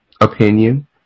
opinion